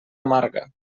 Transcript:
amarga